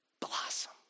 blossom